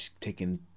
taking